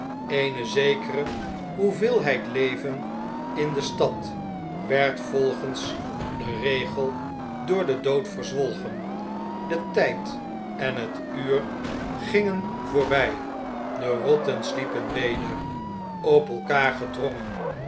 eene zekere hoeveelheid leven in de stad werd volgens den regel door den dood verzwolgen de tijd en het uur gingen voorbij de rotten sliepen weder op elkaar gedrongen